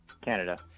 Canada